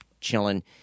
chilling